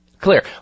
Clear